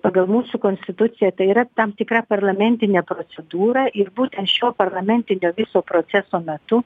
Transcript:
pagal mūsų konstituciją tai yra tam tikra parlamentinė procedūra ir būtent šio parlamentinio viso proceso metu